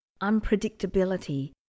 unpredictability